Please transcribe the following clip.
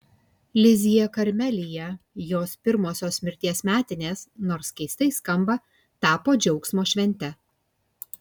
lizjė karmelyje jos pirmosios mirties metinės nors keistai skamba tapo džiaugsmo švente